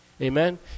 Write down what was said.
Amen